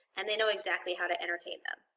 and they know exactly how to entertain them.